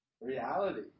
reality